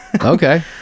Okay